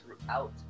throughout